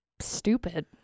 Stupid